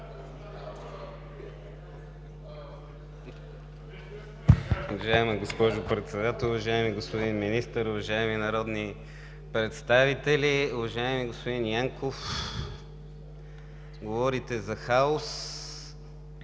Уважаема госпожо Председател, уважаеми господин Министър, уважаеми народни представители! Уважаеми господин Янков, говорите за хаос